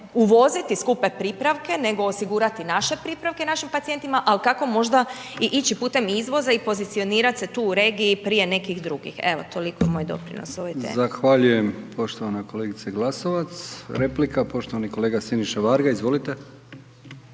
uvoditi skupe pripravke, nego osigurati naše pripravke, našim pacijentima, ali kako možda i ići i putem izvoza i pozicionirati se tu u regiji prije nekih drugih. Evo, toliko moj doprinos o ovoj temi. **Brkić, Milijan (HDZ)** Zahvaljujem poštovanoj kolegici Glasovac. Replika, poštovani kolega Siniša Varga, izvolite.